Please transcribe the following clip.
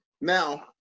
Now